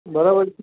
બરાબર છે